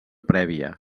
prèvia